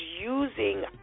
using